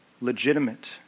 legitimate